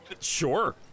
Sure